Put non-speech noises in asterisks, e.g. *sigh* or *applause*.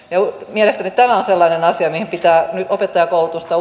mielestäni tämä on sellainen asia mihin pitää nyt opettajankoulutusta *unintelligible*